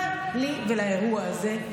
מה לי ולאירוע הזה?